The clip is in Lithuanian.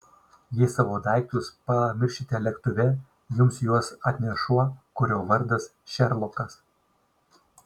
jei savo daiktus pamiršite lėktuve jums juos atneš šuo kurio vardas šerlokas